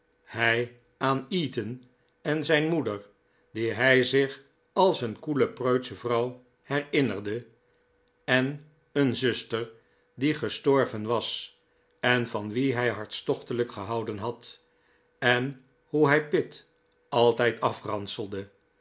hij aan eton en zijn moeder die hij zich als een koele preutsche vrouw herinnerde en een zuster die gestorven was en van wie hij hartstochtelijk gehouden had en hoe hij pitt altijd afranselde